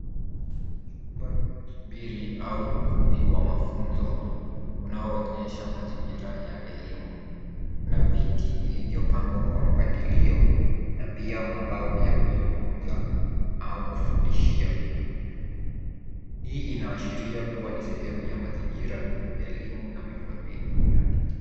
Chumba cha kusubiri au ukumbi wa mafunzo unaoonyesha mazingira ya elimu. Kuna viti vilivyopangwa kwa mpangilio na pia mabao ya kuzungumza au kufundishia. Hii inaashiria kuwa ni sehemu ya mazingira ya elimu na miundombinu yake.